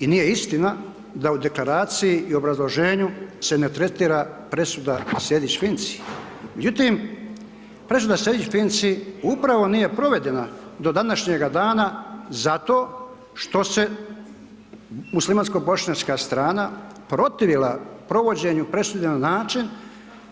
I nije istina da u Deklaraciji i u obrazloženju se ne tretira presuda Sejdić – Finci upravo nije provedena do današnjega dana zato što se muslimansko bošnjačka strana protivila provođenju presude na način